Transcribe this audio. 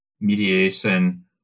mediation